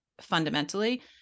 fundamentally